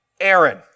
Aaron